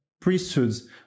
priesthoods